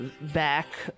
back